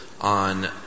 on